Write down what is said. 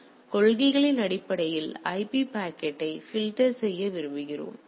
எனது கொள்கைகளின் அடிப்படையில் ஐபி பாக்கெட்டை பில்டர் செய்ய விரும்புகிறோம்